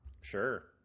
Sure